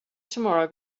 tomorrow